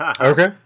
Okay